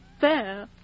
fair